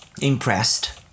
Impressed